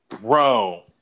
Bro